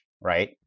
right